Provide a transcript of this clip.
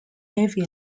heavy